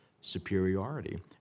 superiority